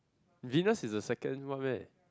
Venus is the second one meh